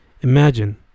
Imagine